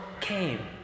came